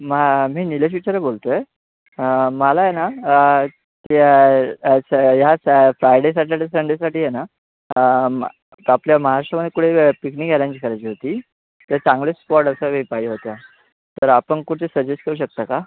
म मी निलेश विचारे बोलतो आहे मला आहे ना ते अच्छा ह्या सा फ्रायडे सॅटर्डे संडेसाठी आहे ना मग आपल्या महाराष्ट्रामध्ये कुठे पिकनिक ॲरेंज करायची होती तर चांगले स्पॉट असं आहे पाहिजे होतं तर आपण कुठे सजेस करू शकता का